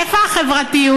איפה החברתיות?